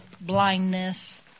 blindness